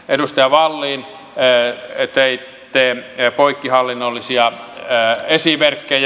edustaja wallin teitte poikkihallinnollisia esimerkkejä